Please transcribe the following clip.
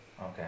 Okay